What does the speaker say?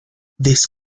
this